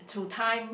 through time